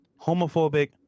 Homophobic